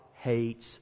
hates